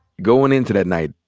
goin' into that night,